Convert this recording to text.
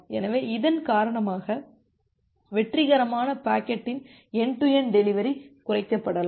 எனவே இதன் காரணமாக வெற்றிகரமான பாக்கெட்டின் என்டு டு என்டு டெலிவரி குறைக்கப்படலாம்